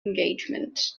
engagement